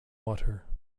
water